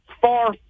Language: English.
far